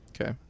Okay